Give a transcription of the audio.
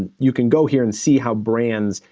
and you can go here and see how brands,